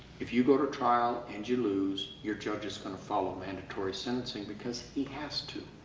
if you go to trial and you lose, your judge is going to follow mandatory sentencing because he has to.